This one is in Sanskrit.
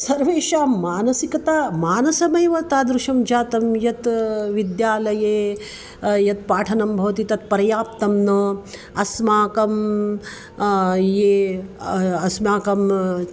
सर्वेषां मानसिकता मानसमेव तादृशं जातं यत् विद्यालये यत् पाठनं भवति तत् पर्याप्तं न अस्माकं ये अस्माकं